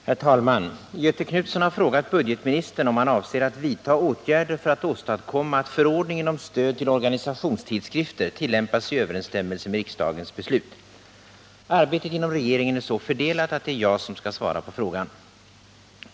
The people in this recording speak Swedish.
Herr talman! Göthe Knutson har frågat budgetministern om han avser att vidta åtgärder för att åstadkomma att förordningen om stöd till organisationstidskrifter tillämpas i överensstämmelse med riksdagens beslut. Arbetet inom regeringen är så fördelat att det är jag som skall svara på frågan.